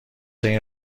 این